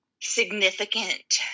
significant